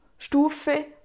Stufe